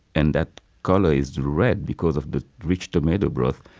and that color is red because of the rich tomato broth.